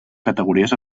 categories